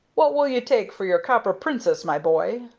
what will you take for your copper princess, my boy?